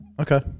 Okay